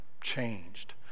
changed